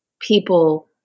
people